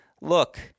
look